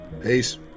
Peace